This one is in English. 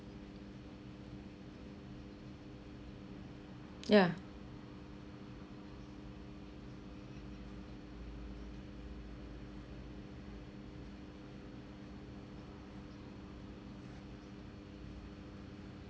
yeah